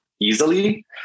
easily